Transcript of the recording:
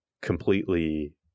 completely